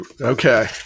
Okay